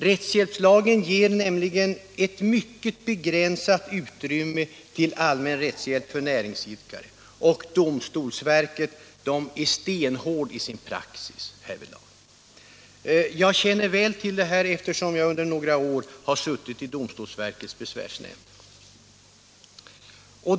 Rättshjälpslagen ger nämligen ett mycket begränsat utrymme till allmän rättshjälp för näringsidkare, och domstolsverket är stenhårt i sin praxis härvidlag; jag känner väl till det eftersom jag under några år har suttit i domstolsverkets besvärsnämnd.